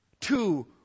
Two